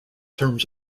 terms